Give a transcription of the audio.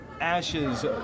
Ashes